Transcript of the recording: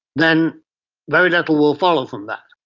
then very little will follow from that.